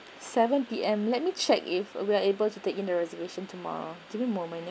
seven P_M let me check if we're able to take in the reservation tomorrow give me a moment ya